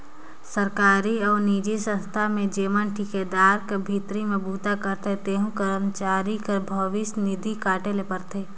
सरकारी अउ निजी संस्था में जेमन ठिकादार कर भीतरी में बूता करथे तेहू करमचारी कर भविस निधि काटे ले परथे